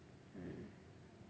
hmm